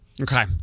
okay